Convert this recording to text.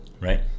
Right